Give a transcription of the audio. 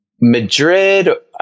Madrid